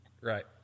Right